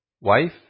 wife